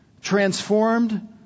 transformed